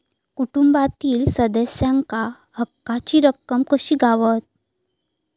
कुटुंबातील सदस्यांका हक्काची रक्कम कशी गावात?